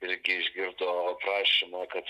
irgi išgirdo prašymą kad